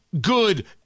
good